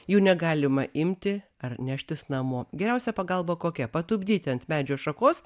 jų negalima imti ar neštis namo geriausia pagalba kokia patupdyti ant medžio šakos